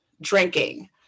drinking